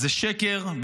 זה שקר,